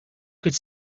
could